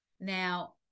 Now